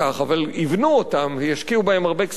אבל יבנו אותם וישקיעו בהם הרבה כספים,